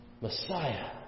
Messiah